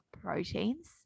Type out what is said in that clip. proteins